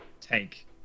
tank